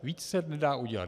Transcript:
Víc se nedá udělat.